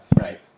Right